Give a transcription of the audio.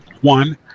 one